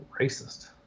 Racist